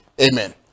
Amen